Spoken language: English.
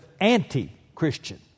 anti-Christian